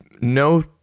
no